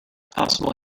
possible